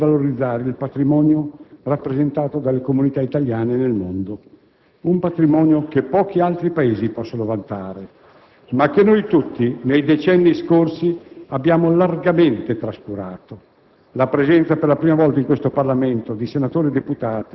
se non menzionassimo l'impegno per sostenere e valorizzare il patrimonio rappresentato dalle comunità italiane nel mondo, un patrimonio che pochi altri Paesi possono vantare, ma che noi tutti, nei decenni scorsi, abbiamo largamente trascurato.